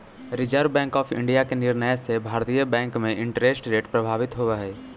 reserve bank of India के निर्णय से भारतीय बैंक में इंटरेस्ट रेट प्रभावित होवऽ हई